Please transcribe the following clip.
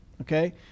okay